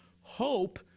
Hope